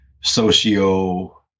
socio